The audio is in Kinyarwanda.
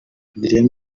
adrien